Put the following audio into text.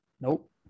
Nope